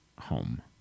home